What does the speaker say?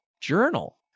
Journal